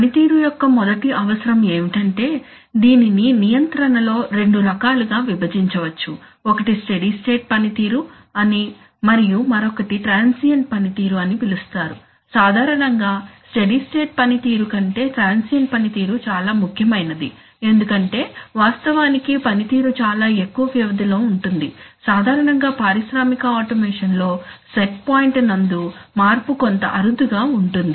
పనితీరు యొక్క మొదటి అవసరం ఏమిటంటే దీనిని నియంత్రణలో రెండు రకాలుగా విభజించవచ్చు ఒకటి స్టెడీ -స్టేట్ పనితీరు అని మరియు మరొకటి ట్రాన్సియెంట్ పనితీరు అని పిలుస్తారు సాధారణంగా స్టెడీ స్టేట్ పనితీరు కంటే ట్రాన్సియెంట్ పనితీరు చాలా ముఖ్యమైనది ఎందుకంటే వాస్తవానికి పనితీరు చాలా ఎక్కువ వ్యవధిలో ఉంటుంది సాధారణంగా పారిశ్రామిక ఆటోమేషన్ లో సెట్ పాయింట్ నందు మార్పు కొంత అరుదుగా ఉంటుంది